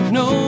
no